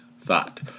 thought